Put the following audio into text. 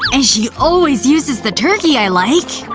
and she always uses the turkey i like.